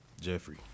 Jeffrey